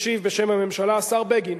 משיב בשם הממשלה השר בגין.